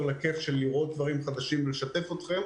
לכיף של לראות דברים חדשים ולשתף אתכם,